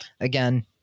again